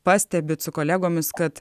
pastebit su kolegomis kad